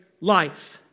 life